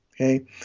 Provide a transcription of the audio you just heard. Okay